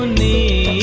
me,